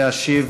להשיב